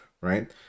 right